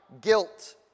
Guilt